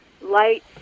light